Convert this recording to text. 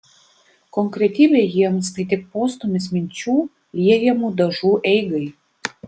konkretybė jiems tai tik postūmis minčių liejamų dažų eigai